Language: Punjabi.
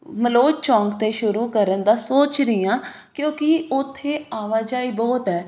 ਮਲੋਹ ਚੌਂਕ 'ਤੇ ਸ਼ੁਰੂ ਕਰਨ ਦਾ ਸੋਚ ਰਹੀ ਹਾਂ ਕਿਉਂਕਿ ਉੱਥੇ ਆਵਾਜਾਈ ਬਹੁਤ ਹੈ